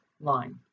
line